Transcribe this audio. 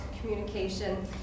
communication